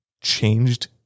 changed